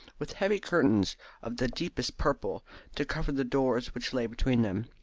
with heavy curtains of the deepest purple to cover the doors which lay between them.